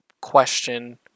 question